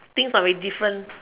things might be different